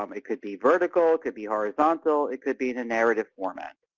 um it could be vertical, it could be horizontal, it could be in a narrative format.